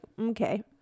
okay